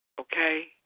Okay